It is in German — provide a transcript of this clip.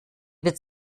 wird